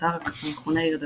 באתר המכונה עיר דוד.